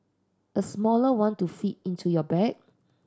a smaller one to fit into your bag